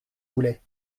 voulait